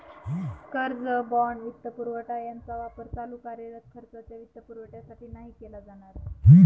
कर्ज, बाँड, वित्तपुरवठा यांचा वापर चालू कार्यरत खर्चाच्या वित्तपुरवठ्यासाठी नाही केला जाणार